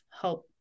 help